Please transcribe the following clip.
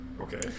Okay